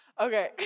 Okay